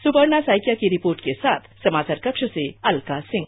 सुपर्णा सेकिया की रिपोर्ट के साथ समाचार कक्ष से अलका सिंह